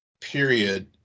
period